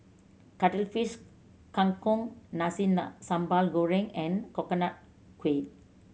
Cuttlefish Kang Kong nasi sambal goreng and Coconut Kuih